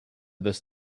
this